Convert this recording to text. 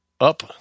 up